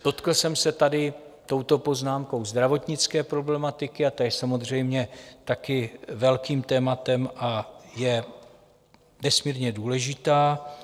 Dotkl jsem se tady touto poznámkou zdravotnické problematiky, to je samozřejmě také velkým tématem a je nesmírně důležitá.